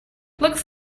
looks